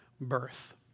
birth